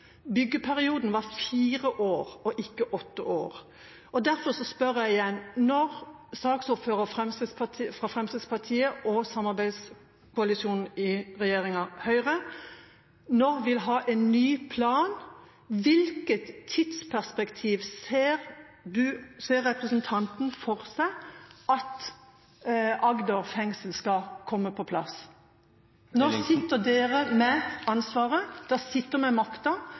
byggeperioden ganske upresist. Byggeperioden varte i fire år og ikke i åtte år. Derfor spør jeg igjen: Når saksordføreren fra Fremskrittspartiet og samarbeidspartiet i regjeringskoalisjonen, Høyre, nå vil ha en ny plan, i hvilket tidsperspektiv ser representanten for seg at Agder fengsel skal komme på plass? Nå sitter representantens parti med ansvaret, de sitter med makta,